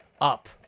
up